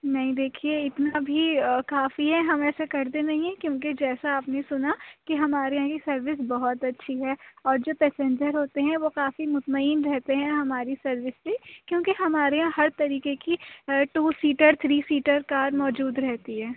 نہیں دیکھیے اتنا بھی کافی ہے ہم ایسے کرتے نہیں ہیں کیونکہ جیسا آپ نے سُنا کہ ہمارے یہاں کی سروس بہت اچھی ہے اور جو پیسینجر ہوتے ہیں وہ کافی مطمئن رہتے ہیں ہماری سروس سے کیونکہ ہمارے یہاں ہر طریقے کی two seater three seater car موجود رہتی ہے